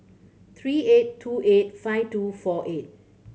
three eight two eight five two four eight